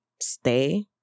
stay